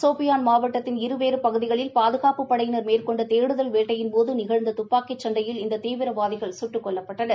சோபியான் மாவட்டத்தின் இரு வேறு பகுதிகளில் பாதுகாப்புப் படையினர் மேற்கொண்ட தேடுதல் வேட்டையின்போது நிகழ்ந்த தப்பாக்கி சண்டையில் இந்த தீவிரவாதிகள் சுட்டுக் கொல்லப்பட்டனர்